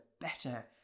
better